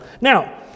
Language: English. Now